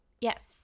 Yes